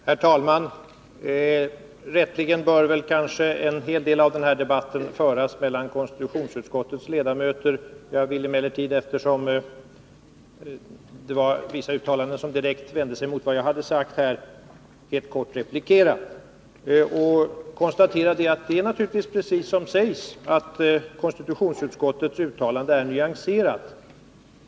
Herr talman! Rätteligen bör kanske en hel del av den här debatten föras mellan konstitutionsutskottets ledamöter. Men jag vill, eftersom man i vissa uttalanden direkt vänt sig mot vad jag sagt, helt kort replikera. Jag konstaterar att det ju är precis som det sägs, att konstitutionsutskottets uttalande är nyanserat.